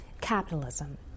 capitalism